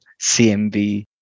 CMV